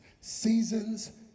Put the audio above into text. seasons